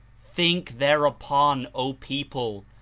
think thereupon, o people,